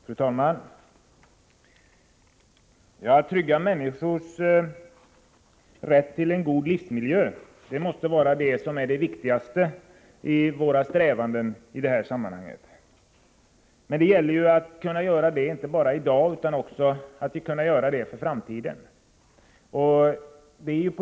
Fru talman! Att trygga människors rätt till en god livsmiljö måste vara det viktigaste i våra strävanden i det här sammanhanget. Men det gäller att kunna göra det inte bara i dag utan också för framtiden.